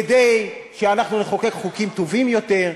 כדי שאנחנו נחוקק חוקים טובים יותר.